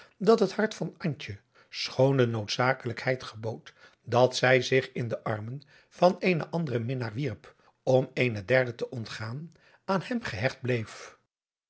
dat het hart van antje schoon de noodzakeljkheid gebood dat zij zich in de armen van eenen anderen minnaar wierp om eenen derden te ontgaan aan hem gehecht bleef